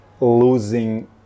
losing